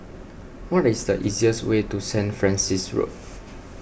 what is the easiest way to Saint Francis Road